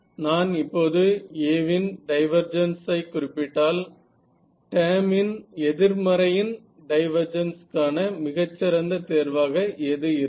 நான் இப்போது A இன் டைவெர்ஜன்ஸ் ஐ குறிப்பிட்டால் டேர்ம் இன் எதிர்மறையின் டைவெர்ஜன்ஸ் கான மிகச்சிறந்த தேர்வாக எது இருக்கும்